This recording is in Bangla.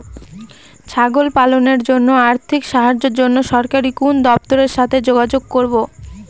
ছাগল পালনের জন্য আর্থিক সাহায্যের জন্য সরকারি কোন দপ্তরের সাথে যোগাযোগ করব?